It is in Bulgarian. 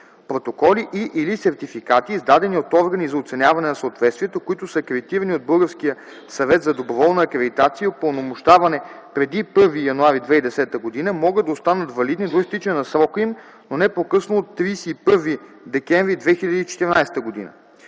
Протоколи и/или сертификати, издадени от органи за оценяване на съответствието, които са акредитирани от местни и външни органи по акредитация преди 1 януари 2010 г., могат да останат валидни до изтичане на срока им, но не по-късно от 31 декември 2014 г.